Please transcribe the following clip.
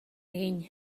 egin